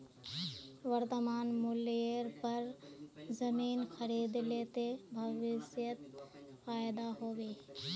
वर्तमान मूल्येर पर जमीन खरीद ले ते भविष्यत फायदा हो बे